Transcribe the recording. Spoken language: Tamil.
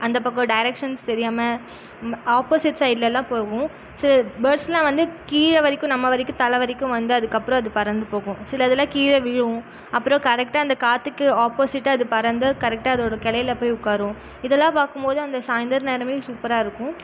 அந்த பக்கம் டேரக்ஷன்ஸ் தெரியாமல் ம்ப ஆப்போசிட் சைட்லலாம் போவும் சில பேர்ட்ஸ்லாம் வந்து கீழே வரைக்கும் நம்ம வரைக்கும் தலை வரைக்கும் வந்து அதுக்கப்புறோம் அது பறந்து போகும் சில இதுலாம் கீழே விழும் அப்புறோம் கரெக்டாக அந்த காற்றுக்கு ஆப்போசிட்டாக அது பறந்து கரெக்டாக அதோட கிளையில போய் உக்காரும் இதுலாம் பார்க்கும்மோது அந்த சாய்ந்தரம் நேரமே சூப்பராக இருக்கும்